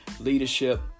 Leadership